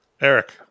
Eric